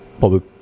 public